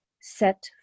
set